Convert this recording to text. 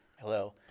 Hello